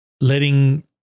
letting